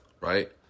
right